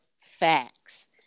facts